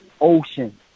ocean